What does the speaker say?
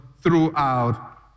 throughout